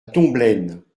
tomblaine